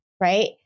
right